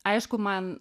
aišku man